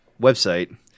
website